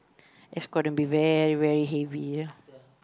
it's gonna be very very heavy ya